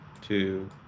two